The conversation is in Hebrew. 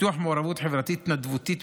פיתוח מעורבות חברתית התנדבותית,